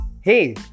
Hey